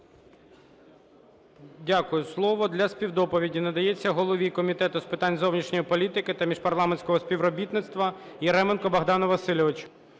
Дякую. Слово для співдоповіді надається голові Комітету з питань зовнішньої політики та міжпарламентського співробітництва Яременку Богдану Васильовичу.